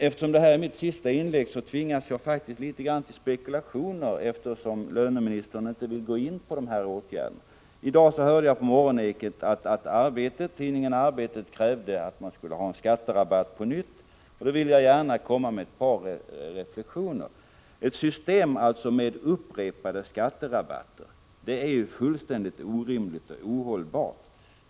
Eftersom löneministern inte vill gå in på de här åtgärderna och detta är mitt sista inlägg, tvingas jag litet grand till spekulationer. I dag hörde jag på morgonekot att tidningen Arbetet kräver att det på nytt skall ges en skatterabatt. Då vill jag gärna komma med ett par reflexioner. Ett system med upprepade skatterabatter är fullständigt orimligt och ohållbart.